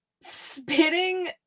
spitting